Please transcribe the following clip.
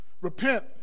Repent